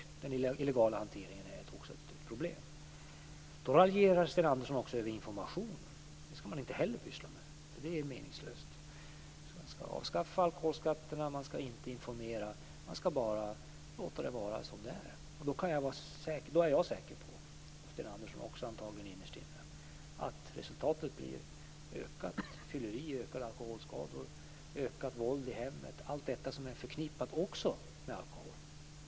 Den illegala hanteringen är också ett problem. Sten Andersson raljerar också över informationen. Det skall man inte heller pyssla med, därför att det är meningslöst, säger han. Man skall alltså avskaffa alkoholskatterna och man skall inte informera utan man skall bara låta det vara som det är. Då är jag, och antagligen också Sten Andersson innerst inne, säker på att resultatet blir ökat fylleri, ökade alkoholskador och ökat våld i hemmet. Allt detta är ju förknippat med alkohol.